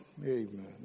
Amen